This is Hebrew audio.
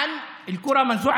(בנושא